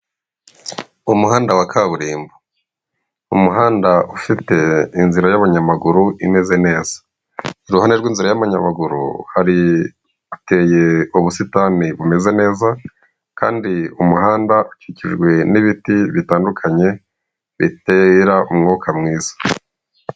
Umuhanda wa kaburimbo, umuhanda ufite inzira y'abanyamaguru imeze neza iruhande rw'inzira y'abanyamaguru, hari hateye ubusitani bumeze neza kandi umuhanda ukikijwe n'ibiti bitandukanye bitera umwuka mwiza.